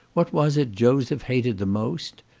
what was it joseph hated the most?